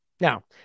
Now